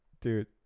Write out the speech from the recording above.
Dude